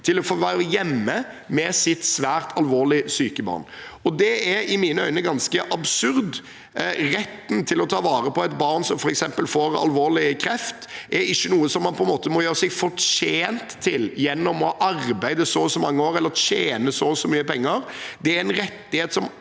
til å få være hjemme med sitt svært alvorlig syke barn. Det er i mine øyne ganske absurd. Retten til å ta vare på et barn som f.eks. får alvorlig kreft, er ikke noe man må gjøre seg fortjent til gjennom å arbeide så og så mange år eller tjene så og så mye penger. Det er en rettighet som